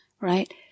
right